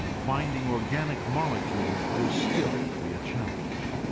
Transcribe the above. finding organic molecules will still be a challenge.